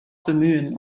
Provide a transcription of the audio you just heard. bemühen